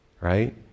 right